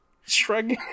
shrug